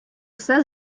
все